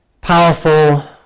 powerful